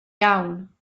iawn